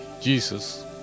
Jesus